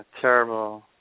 terrible